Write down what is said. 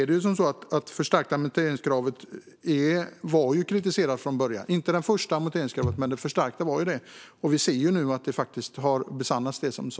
Det förstärkta amorteringskravet var också kritiserat redan från början, och nu ser vi att det som sas då har besannats.